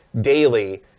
daily